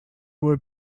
were